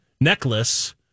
necklace